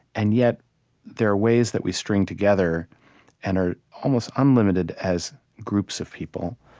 and yet there are ways that we string together and are almost unlimited as groups of people.